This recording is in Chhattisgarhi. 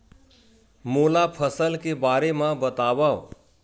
मोला फसल के बारे म बतावव?